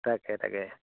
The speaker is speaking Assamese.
তাকে তাকে